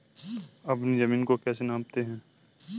अपनी जमीन को कैसे नापते हैं?